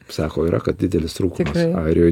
sako yra kad didelis trūkumas airijoj